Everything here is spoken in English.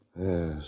Yes